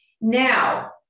Now